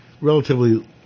relatively